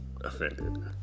offended